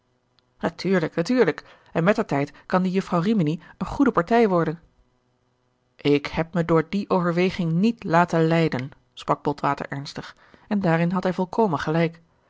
natuurlijk natuurlijk en met der tijd kan die jufvrouw rimini eene goede partij worden ik heb me door die overweging niet laten leiden sprak botwater ernstig en daarin had hij volkomen gelijk